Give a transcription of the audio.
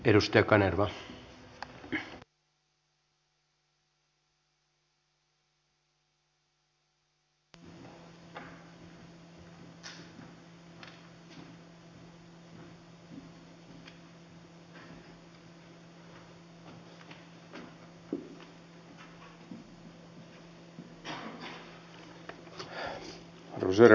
arvoisa herra puhemies